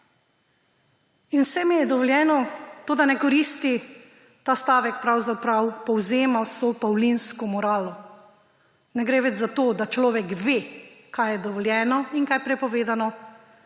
Vse mi je dovoljeno, toda ne koristi – ta stavek pravzaprav povzema vso pavlinsko moralo. Ne gre več za to, da človek ve, kaj je dovoljeno in kaj prepovedano,